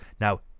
Now